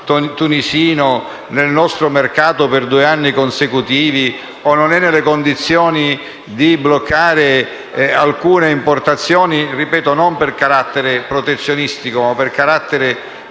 tunisino nel nostro mercato per due anni consecutivi o non è nelle condizioni di bloccare alcune importazioni, non per fini protezionistici, ma per carattere